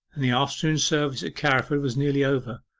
and the afternoon service at carriford was nearly over.